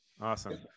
Awesome